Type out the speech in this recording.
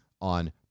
on